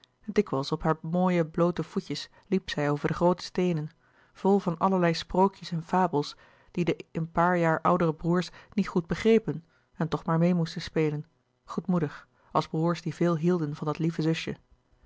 dikwijls op haar mooie bloote voetjes liep zij over de groote steenen vol van allerlei sprookjes en fabels die de een paar jaar oudere broêrs niet goed begrepen en toch maar meê moesten spelen goedmoedig als broêrs die veel hielden van dat lieve zusje